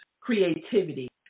creativity